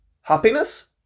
happiness